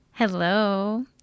Hello